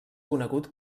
conegut